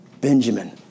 Benjamin